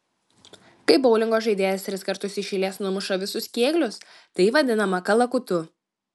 kai boulingo žaidėjas tris kartus iš eilės numuša visus kėglius tai vadinama kalakutu